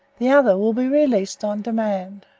the other will be released on demand.